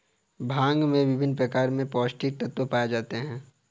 भांग में विभिन्न प्रकार के पौस्टिक तत्त्व पाए जाते हैं